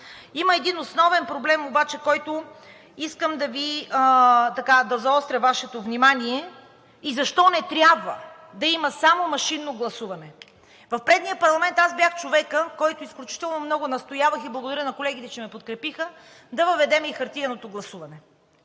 Има един основен проблем обаче, на който искам да заостря Вашето внимание, и защо не трябва да има само машинно гласуване? В предния парламент аз бях човекът, който изключително много настоявах – и благодаря на колегите, че ме подкрепиха – да въведем и хартиеното гласуване.